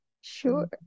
Sure